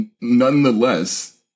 nonetheless